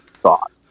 thought